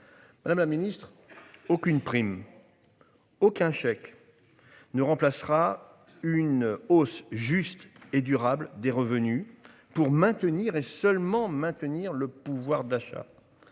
Madame la Ministre aucune prime. Aucun chèque. Ne remplacera une hausse juste et durable des revenus pour maintenir et seulement maintenir le pouvoir d'achat.